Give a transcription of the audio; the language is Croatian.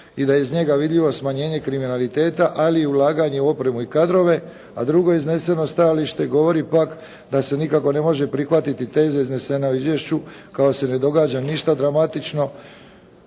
i da je iz njega vidljivo smanjenje kriminaliteta, ali i ulaganje u opremu i kadrove, a drugo izneseno stajalište govori pak da se nikako ne može prihvatiti teze iznesene u izvješću kao da se ne događa ništa dramatično